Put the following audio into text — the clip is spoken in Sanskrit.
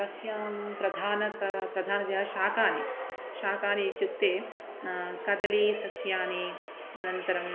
तस्यां प्रधानतया प्रधानतया शाकानि शाकानि इत्युक्ते कदली सस्यानि अनन्तरम्